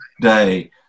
day